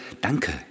Danke